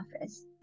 office